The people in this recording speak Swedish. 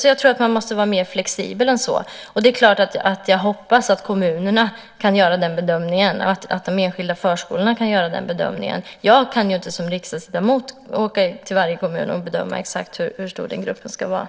Jag tror att man måste vara mer flexibel än så, och jag hoppas att kommunerna och de enskilda förskolorna kan göra den bedömningen. Jag kan inte som riksdagsledamot åka ut till varje kommun och bedöma exakt hur stor en grupp ska vara.